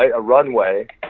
a runway,